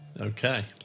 okay